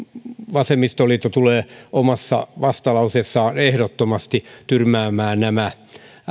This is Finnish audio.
vasemmistoliitto tulee omassa vastalauseessaan ehdottomasti tyrmäämään nämä